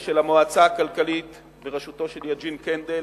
ושל המועצה הכלכלית בראשותו של יוג'ין קנדל.